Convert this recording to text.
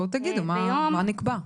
בואו תגידו מה נקבע.